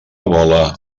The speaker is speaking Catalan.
vola